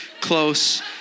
close